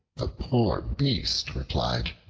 the poor beast replied,